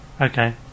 Okay